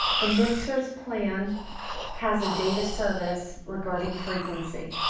the mpsers plan has a date of service regarding frequency.